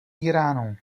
íránu